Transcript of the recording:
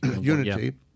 Unity